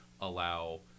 allow